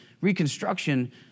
Reconstruction